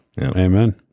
Amen